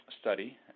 study